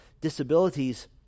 disabilities